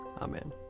Amen